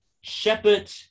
Shepherd